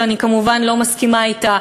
שאני כמובן לא מסכימה אתה.